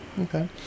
Okay